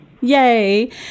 Yay